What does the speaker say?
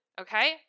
Okay